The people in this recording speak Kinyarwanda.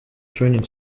training